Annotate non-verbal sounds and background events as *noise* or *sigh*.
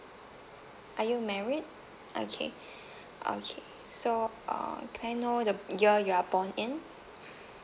are you married okay *breath* okay so uh can I know the year you're born in